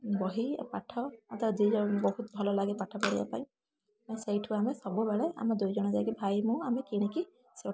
ବହି ଆଉ ପାଠ ମୋତେ ଦୁଇଜଣ ବହୁତ ଭଲ ଲାଗେ ପାଠ ପଢ଼ିବା ପାଇଁ ମୁଁ ସେଇଠୁ ଆମେ ସବୁବେଳେ ଆମେ ଦୁଇଜଣ ଯାଇ ଭାଇ ମୁଁ ଆମେ କିଣିକି